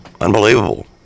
Unbelievable